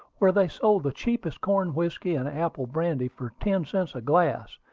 where they sold the cheapest corn whiskey and apple brandy for ten cents a glass,